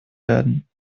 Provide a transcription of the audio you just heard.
werden